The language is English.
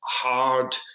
hard